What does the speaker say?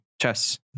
chess